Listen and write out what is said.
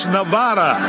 Nevada